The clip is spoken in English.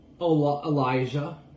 Elijah